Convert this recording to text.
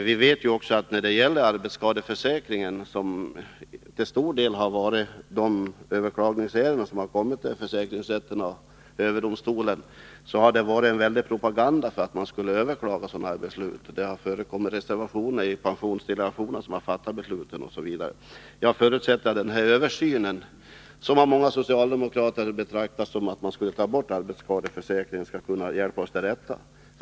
Vi vet ju att när det gäller arbetsskadeförsäkringen — där en stor del av ärendena har varit de överklagningsärenden som har kommit till försäkringsrätterna och överdomstolen — har det varit en väldig propaganda för att sådana beslut skulle överklagas. Det har förekommit reservationer i pensionsdelegationen, som har fattat besluten, osv. Jag förutsätter att översynen — som av många socialdemokrater uppfattas så, att den går ut på ett borttagande av arbetsskadeförsäkringen — skall kunna hjälpa oss till rätta.